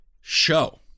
show